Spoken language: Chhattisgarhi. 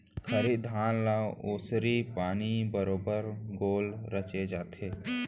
खरही धान ल ओसरी पानी बरोबर गोल रचे जाथे